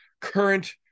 current